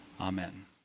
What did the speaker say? Amen